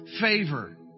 favor